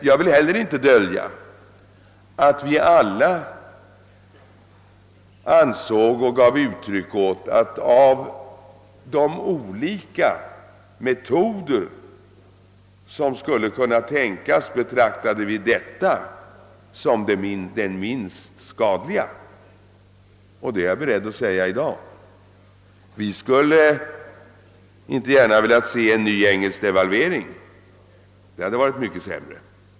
Jag vill emellertid inte dölja att vi alla gav uttryck åt åsikten, att av de olika metoder som skulle kunna tänkas var denna den minst skadliga, och det är jag beredd att säga även i dag. Vi skulle inte gärna ha velat se en ny engelsk devalvering; det hade varit mycket sämre.